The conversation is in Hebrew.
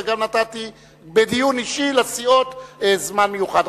וגם נתתי בדיון אישי לסיעות זמן מיוחד.